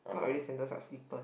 not really sandals lah slippers